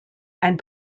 and